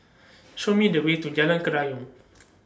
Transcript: Show Me The Way to Jalan Kerayong